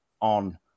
on